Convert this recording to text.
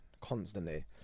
constantly